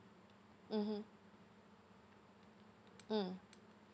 mmhmm mm